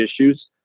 issues